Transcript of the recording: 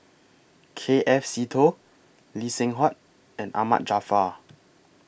K F Seetoh Lee Seng Huat and Ahmad Jaafar